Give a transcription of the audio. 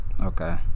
Okay